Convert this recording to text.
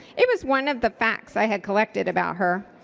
it was one of the facts i had collected about her.